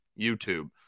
YouTube